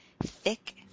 thick